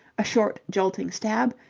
a short, jolting stab,